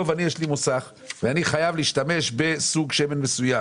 נניח יש לי מוסך ואני חייב להשתמש בסוג שמן מסוים